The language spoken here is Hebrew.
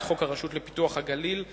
את חוק הרשות לפיתוח הגליל,